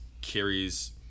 carries